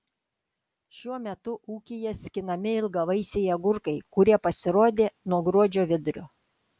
šiuo metu ūkyje skinami ilgavaisiai agurkai kurie pasirodė nuo gruodžio vidurio